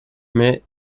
mais